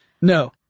No